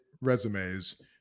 resumes